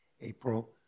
april